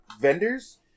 vendors